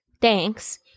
Thanks